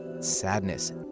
sadness